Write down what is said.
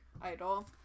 Idol